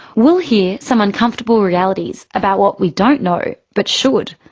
we'll hear some uncomfortable realities about what we don't know but should,